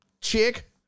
chick